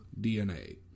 DNA